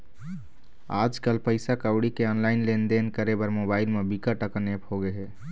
आजकल पइसा कउड़ी के ऑनलाईन लेनदेन करे बर मोबाईल म बिकट अकन ऐप होगे हे